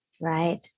Right